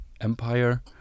empire